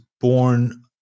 born